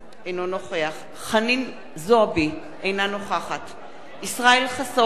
אינו נוכח חנין זועבי, אינה נוכחת ישראל חסון,